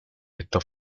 estos